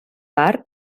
bar